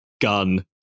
gun